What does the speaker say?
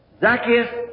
Zacchaeus